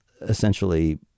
essentially